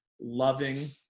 loving